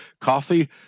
coffee